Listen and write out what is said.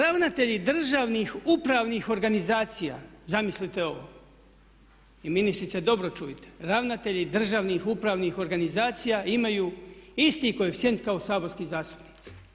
Ravnatelji državnih upravnih organizacija, zamislite ovo i ministrice dobro čujte, ravnatelji državnih upravnih organizacija imaju isti koeficijent kao saborski zastupnici.